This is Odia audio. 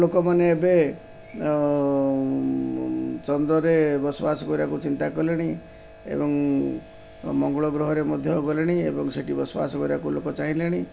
ଲୋକମାନେ ଏବେ ଚନ୍ଦ୍ରରେ ବସବାସ କରିବାକୁ ଚିନ୍ତା କଲେଣି ଏବଂ ମଙ୍ଗଳ ଗ୍ରହରେ ମଧ୍ୟ ଗଲେଣି ଏବଂ ସେଇଠି ବସବାସ କରିବାକୁ ଲୋକ ଚାହିଁଲେଣି